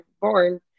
Born